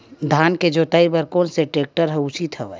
धान के जोताई बर कोन से टेक्टर ह उचित हवय?